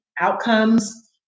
outcomes